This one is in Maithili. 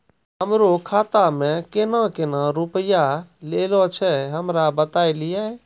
हमरो खाता मे केना केना रुपैया ऐलो छै? हमरा बताय लियै?